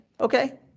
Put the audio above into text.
Okay